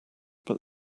but